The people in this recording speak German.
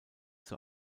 zur